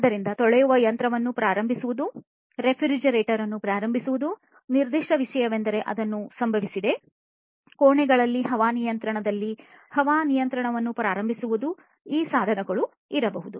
ಆದ್ದರಿಂದ ತೊಳೆಯುವ ಯಂತ್ರವನ್ನು ಪ್ರಾರಂಭಿಸುವುದು ರೆಫ್ರಿಜರೇಟರ್ ಅನ್ನು ಪ್ರಾರಂಭಿಸುವುದು ಕೋಣೆಯಲ್ಲಿ ಹವಾನಿಯಂತ್ರಣದಲ್ಲಿ ಹವಾನಿಯಂತ್ರಣವನ್ನು ಪ್ರಾರಂಭಿಸುವುದು ಈ ಸಾಧನಗಳು ಇರಬಹುದು